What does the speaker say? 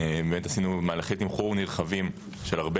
באמת עשינו מהלכי תמחור נרחבים של הרבה